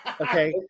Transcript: Okay